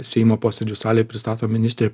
seimo posėdžių salėje pristato ministrė